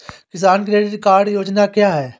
किसान credit card योजना क्या है?